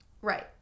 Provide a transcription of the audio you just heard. Right